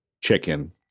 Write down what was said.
chicken